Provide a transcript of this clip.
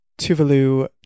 Tuvalu